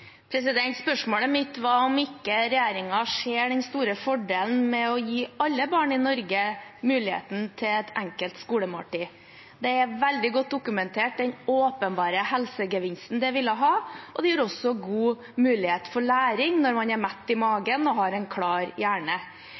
Spørsmålet mitt var om ikke regjeringen ser den store fordelen med å gi alle barn i Norge mulighet til å få et enkelt skolemåltid. Den åpenbare helsegevinsten det vil ha, er veldig godt dokumentert, og det gir også god mulighet for læring å være mett i magen og ha en klar